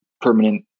permanent